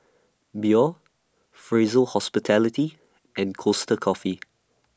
Biore Fraser Hospitality and Costa Coffee